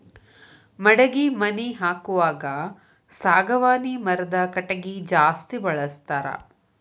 ಮಡಗಿ ಮನಿ ಹಾಕುವಾಗ ಸಾಗವಾನಿ ಮರದ ಕಟಗಿ ಜಾಸ್ತಿ ಬಳಸ್ತಾರ